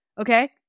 Okay